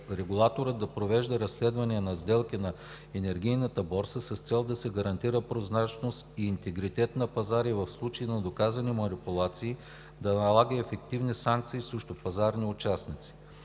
регулаторът да провежда разследвания на сделки на енергийната борса с цел да се гарантира прозрачността и интегритета на пазара и в случаи на доказани манипулации – да налага ефективни санкции срещу пазарни участници.